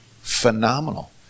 phenomenal